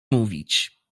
mówić